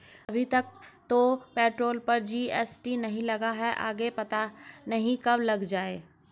अभी तक तो पेट्रोल पर जी.एस.टी नहीं लगा, आगे पता नहीं कब लग जाएं